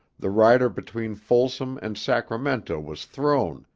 the rider between folsom and sacramento was thrown,